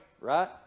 right